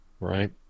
right